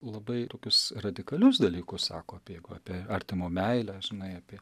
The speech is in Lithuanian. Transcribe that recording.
labai tokius radikalius dalykus sako apie jeigu apie artimo meilę žinai apie